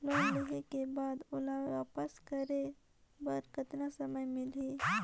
Loan लेहे के बाद ओला वापस करे बर कतना समय मिलही?